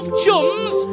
chums